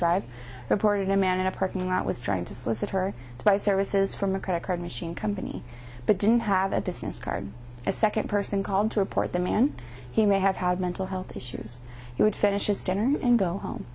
drive reported a man in a parking lot was trying to solicit her by services from a credit card machine company but didn't have a business card a second person called to report the man he may have had mental health issues he would finish his dinner and go home